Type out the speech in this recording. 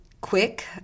quick